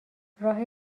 راه